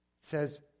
says